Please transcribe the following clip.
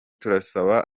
turasaba